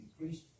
increased